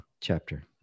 chapter